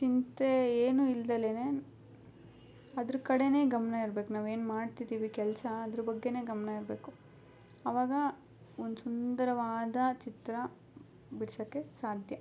ಚಿಂತೆ ಏನು ಇಲ್ದೆಲೆ ಅದ್ರ ಕಡೆನೇ ಗಮನ ಇರ್ಬೇಕು ನಾವೇನು ಮಾಡ್ತಿದ್ದೀವಿ ಕೆಲಸ ಅದ್ರ ಬಗ್ಗೆನೆ ಗಮನ ಇರಬೇಕು ಅವಾಗ ಒಂದು ಸುಂದರವಾದ ಚಿತ್ರ ಬಿಡ್ಸಕ್ಕೆ ಸಾಧ್ಯ